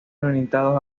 orientados